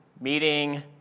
meeting